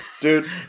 dude